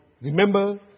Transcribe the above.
Remember